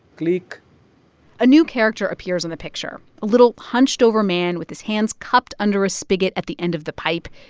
click a new character appears in the picture, a little hunched-over man with his hands cupped under a spigot at the end of the pipe.